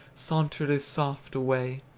sauntered as soft away!